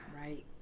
Right